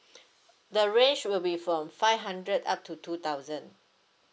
the range will be from five hundred up to two thousand